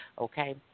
Okay